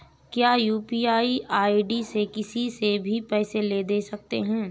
क्या UPI ID से किसी से भी पैसे ले दे सकते हैं?